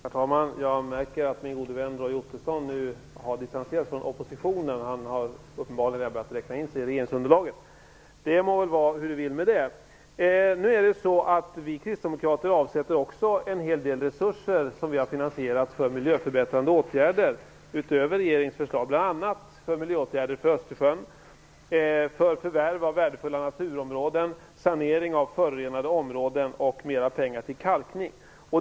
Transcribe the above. Herr talman! Jag märker att min gode vän Roy Ottosson nu har distanserat sig från oppositionen. Han har uppenbarligen börjat att räkna in sig i regeringsunderlaget. Det må vara hur det vill med det. Vi kristdemokrater avsätter också en hel del resurser utöver regeringens förslag för miljöförbättrande åtgärder som vi har finansierat. Det gäller bl.a. miljöåtgärder för Östersjön, för förvärv av värdefulla naturområden, för sanering av förorenade områden och för kalkning.